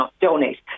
donate